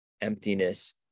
emptiness